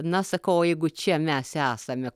na sakau o jeigu čia mes esame